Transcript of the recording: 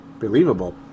believable